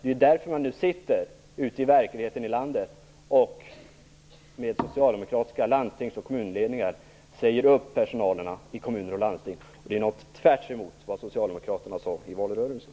Det är därför socialdemokratiska landstings och kommunledningar sitter ute i verkligheten i landet och säger upp personal i kommuner och landsting. Det är tvärtemot vad socialdemokraterna sade i valrörelsen.